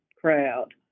crowd